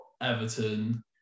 Everton